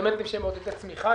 אלמנטים שמעודדים את הצמיחה.